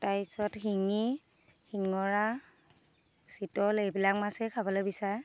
তাৰ পিছত শিঙি শিঙৰা চিতল এইবিলাক মাছেই খাবলৈ বিচাৰে